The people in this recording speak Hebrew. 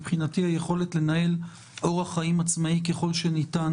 היכולת לנהל אורח חיים עצמאי ככל שניתן